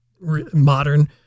modern